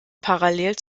parallel